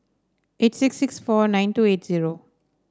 eight six six four nine two eight zero